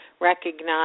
recognize